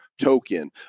token